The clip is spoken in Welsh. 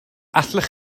allwch